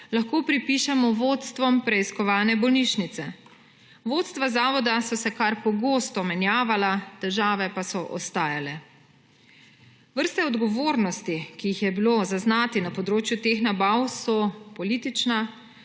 lahko pripišemo vodstvom preiskovane bolnišnice. Vodstva zavoda so se kar pogosto menjavala, težave pa so ostajale. Vrste odgovornosti, ki jih je bilo zaznati na področju teh nabav, so politična,